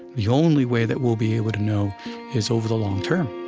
the only way that we'll be able to know is over the long term